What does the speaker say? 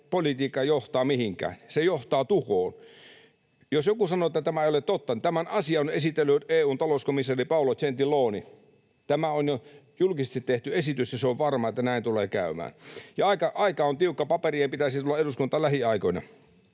politiikka johtaa mihinkään? Se johtaa tuhoon. Jos joku sanoo, että tämä ei ole totta, niin tämän asian on esitellyt EU:n talouskomissaari Paolo Gentiloni. Tämä on jo julkisesti tehty esitys, ja on varma, että näin tulee käymään. Ja aika on tiukka, paperien pitäisi tulla eduskuntaan lähiaikoina.